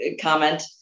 comment